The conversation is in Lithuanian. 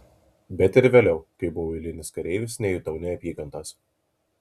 bet ir vėliau kai buvau eilinis kareivis nejutau neapykantos